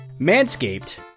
manscaped